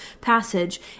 passage